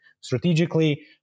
strategically